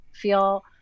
feel